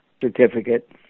certificate